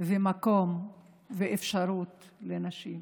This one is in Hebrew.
ומקום ואפשרות לנשים.